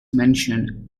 mention